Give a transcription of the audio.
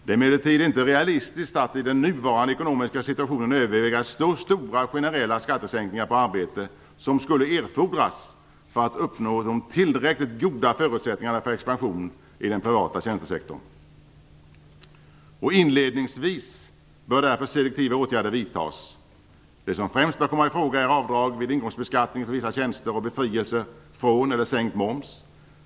Det är emellertid inte realistiskt att i den nuvarande ekonomiska situationen överväga så stora generella skattesänkningar på arbete som skulle erfordras för att uppnå tillräckligt goda förutsättningar för expansion i den privata tjänstesektorn. Inledningsvis bör därför selektiva åtgärder vidtas. Det som främst bör komma i fråga är avdrag vid inkomstbeskattning för vissa tjänster och befrielse från moms eller sänkt moms.